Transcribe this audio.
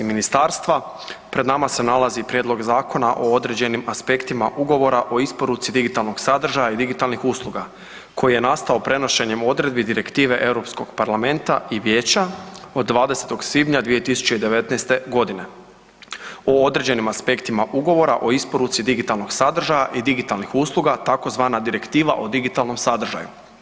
ministarstva pred nama se nalazi Prijedlog Zakona o određenim aspektima ugovora o isporuci digitalnog sadržaja i digitalnih usluga koji je nastao prenošenje odredbi Direktive Europskog parlamenta i vijeća od 20. svibnja 2019. godine o određenim aspektima ugovora o isporuci digitalnog sadržaja i digitalnih usluga tzv. Direktiva o digitalnom sadržaju.